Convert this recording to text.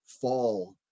fall